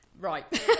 right